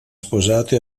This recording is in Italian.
sposato